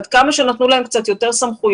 עד כמה שנתנו להם קצת יותר סמכויות,